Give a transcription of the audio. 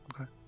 Okay